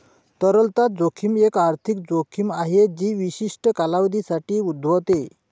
तरलता जोखीम एक आर्थिक जोखीम आहे जी विशिष्ट कालावधीसाठी उद्भवते